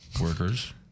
workers